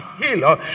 healer